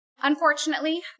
Unfortunately